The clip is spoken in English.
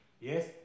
Yes